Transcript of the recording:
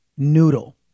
Noodle